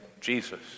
Jesus